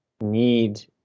need